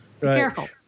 careful